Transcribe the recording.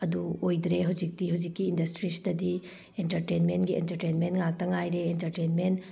ꯑꯗꯨ ꯑꯣꯏꯗ꯭꯭ꯔꯦ ꯍꯧꯖꯤꯛꯇꯤ ꯍꯧꯖꯤꯛꯀꯤ ꯏꯟꯗꯁꯇ꯭ꯔꯤꯁꯤꯗꯗꯤ ꯑꯦꯇꯔꯇꯦꯟꯃꯦꯟꯒꯤ ꯑꯦꯟꯇꯔꯇꯦꯟꯃꯦꯟ ꯉꯥꯛꯇ ꯉꯥꯏꯔꯦ ꯑꯦꯟꯇꯔꯇꯦꯟꯃꯦꯟ